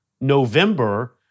November